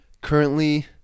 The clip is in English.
currently